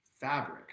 fabric